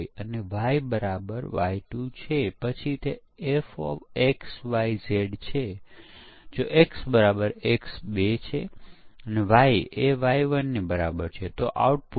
આનો ઉપયોગ વપરાશકર્તાઓ દ્વારા કરવામાં આવશે પરંતુ પુસ્તકની ખોવાયેલી સુવિધાનો ઉપયોગ ખૂબ જ ભાગ્યે જ કરવામાં આવે છે અને જો ત્યાં થોડી સમસ્યાઓ હોય તો તે તુરંત ધ્યાનમાં લેવામાં આવતી નથી